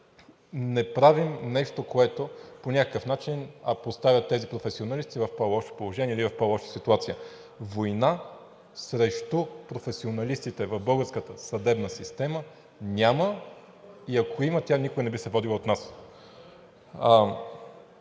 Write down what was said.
не правим нещо, което по някакъв начин поставя тези професионалисти в по-лошо положение или в по-лоша ситуация. Война срещу професионалистите в българската съдебна система няма и ако има, тя никога не би се водила от нас.